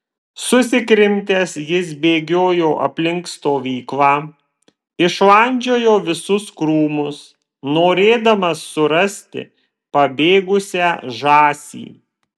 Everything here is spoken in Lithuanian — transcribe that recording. susikrimtęs jis bėgiojo aplink stovyklą išlandžiojo visus krūmus norėdamas surasti pabėgusią žąsį